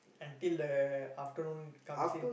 until the afternoon comes in